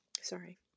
sorry